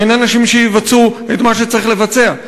אין אנשים שיבצעו את מה שצריך לבצע?